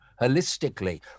holistically